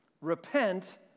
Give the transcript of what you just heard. Repent